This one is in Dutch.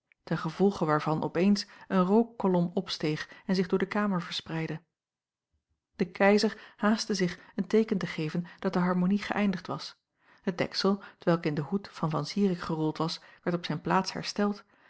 ten gevolge waarvan op eens een rookkolom opsteeg en zich door de kamer verspreidde de keizer haastte zich een teeken te geven dat de harmonie geëindigd was het deksel t welk in den hoed van an irik gerold was werd op zijn plaats hersteld